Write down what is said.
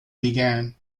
began